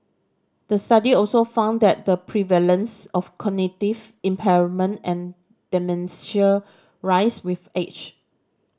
the study also found that the prevalence of cognitive impairment and dementia rise with age